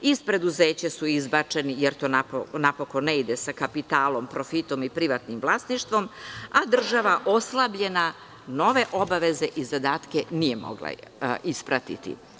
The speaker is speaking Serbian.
Iz preduzeća su izbačeni, jer to napokon ne ide sa kapitalom, profitom, i privatnim vlasništvom, a država oslabljena nove obaveze i zadatke nije mogla da isprati.